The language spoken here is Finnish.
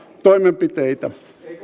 toimenpiteitä